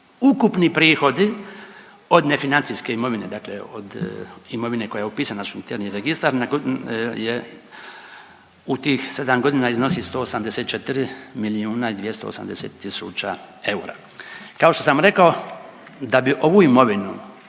Ukupni prihodi od nefinancijske imovine, dakle od imovine koja je upisana u naš interni registar je u tih 7 godina iznosi 184 milijuna i 280 000 eura. Kao što sam rekao da bi ovu imovinu,